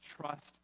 trust